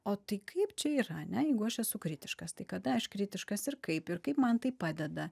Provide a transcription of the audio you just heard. o tai kaip čia yra ane jeigu aš esu kritiškas tai kada aš kritiškas ir kaip ir kaip man tai padeda